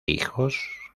hijos